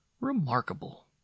Remarkable